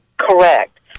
Correct